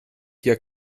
hier